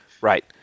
Right